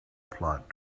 plot